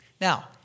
Now